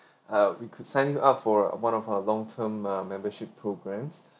uh we could sign you up for one of our long term uh membership programs